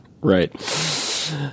Right